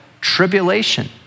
tribulation